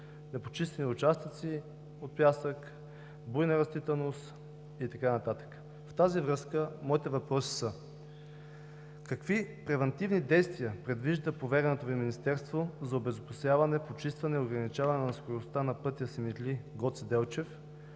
непочистени участъци от пясък, буйна растителност и така нататък. В тази връзка моите въпроси са: какви превантивни действия предвижда повереното Ви Министерство за обезопасяване, почистване и ограничаване на скоростта на пътя Симитли – Гоце Делчев,